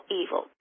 evil